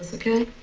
so okay?